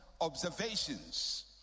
observations